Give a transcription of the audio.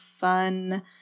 fun